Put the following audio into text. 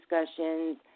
discussions